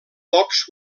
pocs